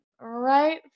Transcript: right